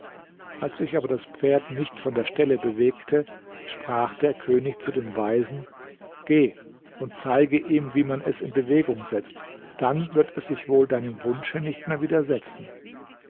als sich aber das pferd nicht von der stelle bewegte sprach der könig zu dem weisen geh und zeige ihm wie man es in bewegung setzt dann wird er sich wohl deinem wunsche nicht mehr widersetzen